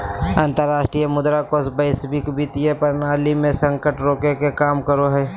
अंतरराष्ट्रीय मुद्रा कोष वैश्विक वित्तीय प्रणाली मे संकट रोके के काम करो हय